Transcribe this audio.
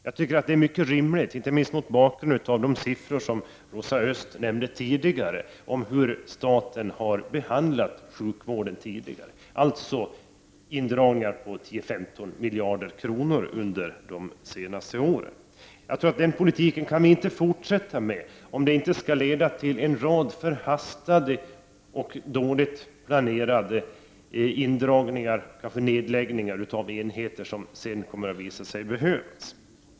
Jag tycker att det är rimligt, inte minst mot bakgrund av de siffror som Rosa Östh nämnde tidigare och som visar hur staten har behandlat sjukvården — indragningar på 10-15 miljarder kronor under de senaste åren. Den politiken kan vi inte fortsätta med. Den kommer att leda till en rad förhastade och dåligt planerade indragningar av enheter som sedan kommer att visa sig behövas.